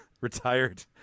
retired